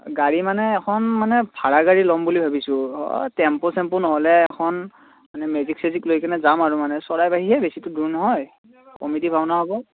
গাড়ী মানে এখন মানে ভাৰা গাড়ী ল'ম বুলি ভাবিছোঁ টেম্পু চেম্পু নহ'লে এখন মানে মেজিক চেজিক লৈ কেনে যাম আৰু মানে চৰাইবাৰীহে বেছিটো দূৰ নহয় কমিটি ভাওনা হ'ব